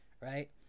right